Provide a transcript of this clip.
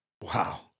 Wow